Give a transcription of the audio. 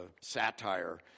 satire